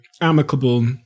amicable